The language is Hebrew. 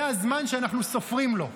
זה הזמן שאנחנו סופרים לו,